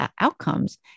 outcomes